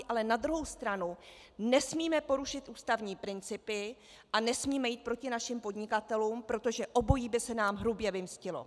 Ale na druhou stranu nesmíme porušit ústavní principy a nesmíme jít proti našim podnikatelům, protože obojí by se nám hrubě vymstilo.